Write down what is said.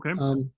Okay